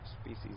Species